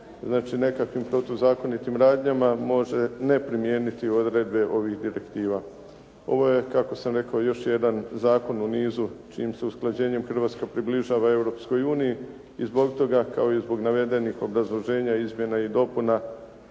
znači nekakvim protuzakonitim radnjama, može neprimijeniti ove direktive. Ovo je, kako sam rekao, još jedan zakon u nizu čijim se usklađenjem Hrvatska približava Europskoj uniji i zbog toga, kao i zbog navedenih obrazloženja izmjena i dopuna